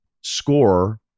score